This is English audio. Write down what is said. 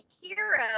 hero